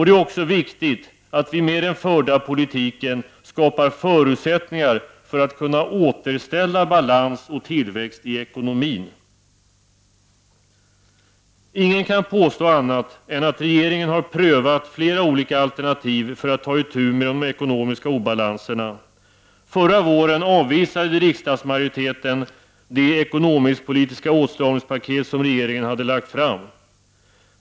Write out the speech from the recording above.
Det är också viktigt att vi med den förda politiken skapar förutsättningar för att kunna återställa balans och tillväxt i ekonomin. Ingen kan påstå annat än att regeringen har prövat flera olika alternativ för att ta itu med de ekonomiska obalanserna. Förra våren avvisade riksdagsmajoriteten det ekonomisk-politiska åtstramningspaket som regeringen hade lagt fram.